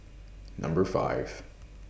Number five